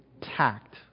tact